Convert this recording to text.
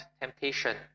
temptation